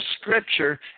scripture